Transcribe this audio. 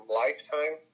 lifetime